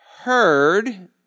heard